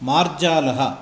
मार्जालः